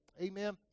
Amen